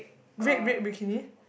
red red bikini